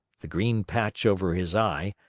the green patch over his eye,